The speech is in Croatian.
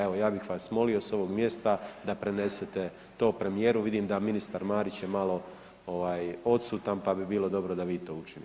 Evo, ja bih vas molio s ovog mjesta da prenesete to premijeru, vidim da ministar Marić je malo ovaj, odsutan pa bi bilo dobro da vi to učinite.